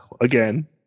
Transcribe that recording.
again